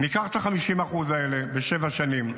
ניקח את ה-50% האלה בשבע שנים.